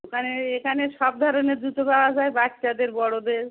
দোকানে এখানে সব ধরনের জুতো পাওয়া যায় বাচ্চাদের বড়দের